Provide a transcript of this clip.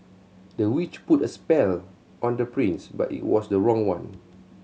the witch put a spell on the prince but it was the wrong one